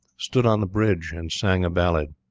stood on the bridge and sang a ballad!